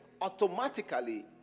automatically